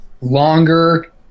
longer